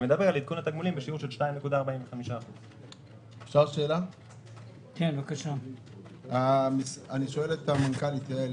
שמדברות על עדכון התגמולים בשיעור של 2.45%. אני שואל את המנכ"לית יעל.